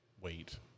wait